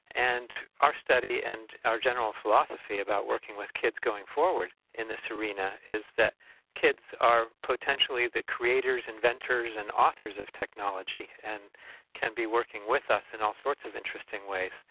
and our study and our general philosophy about working with kids going forward in this arena, is that kids are potentially the creators, inventors and authors of technology and can be working with us in all sorts of interesting ways,